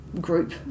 group